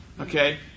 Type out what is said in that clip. okay